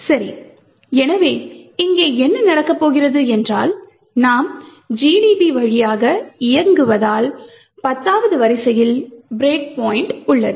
சரி எனவே இங்கே என்ன நடக்கப் போகிறது என்றால் நாம் GDB வழியாக இயங்குவதால் 10 வது வரிசையில் பிரேக் பாயிண்ட் உள்ளது